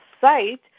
site